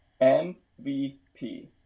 MVP